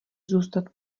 zůstat